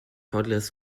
toddlers